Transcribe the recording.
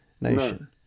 nation